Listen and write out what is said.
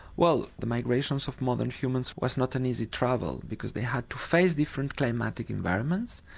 well, the migrations of modern humans was not an easy travel because they had to face different climatic environments,